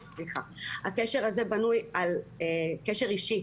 הקשר הזה בנוי על קשר אישי,